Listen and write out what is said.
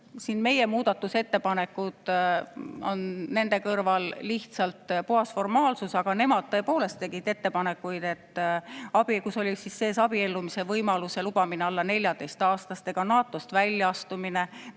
Meie muudatusettepanekud on nende kõrval lihtsalt puhas formaalsus, aga nemad tõepoolest tegid ettepanekuid, kus oli sees abiellumise võimaluse lubamine alla 14‑aastastega, NATO‑st väljaastumine,